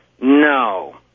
No